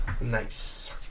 Nice